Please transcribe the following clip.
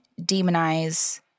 demonize